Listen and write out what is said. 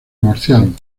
divorciaron